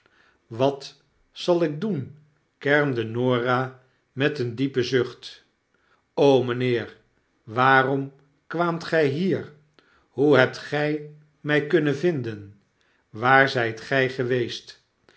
wat zal ik doen kermde norah met een diepen zucht mijnheer waarom kwaamt gij hier p hoe hebt gy my kunnen uitvinden waar zp gy geweest